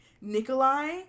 Nikolai